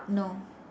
no